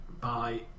bye